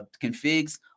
configs